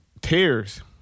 Tears